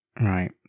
right